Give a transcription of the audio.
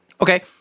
Okay